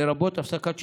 לרבות הפסקת שיווק,